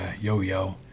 yo-yo